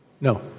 No